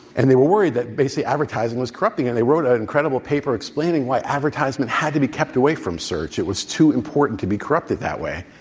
and they were worried that basic advertising was corrupting. and they wrote an incredible paper explaining why advertisement had to be kept away from search. it was too important to be corrupted that way.